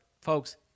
folks